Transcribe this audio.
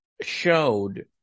showed